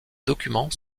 documents